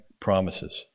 promises